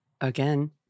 again